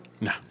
No